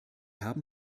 haben